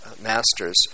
masters